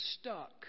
stuck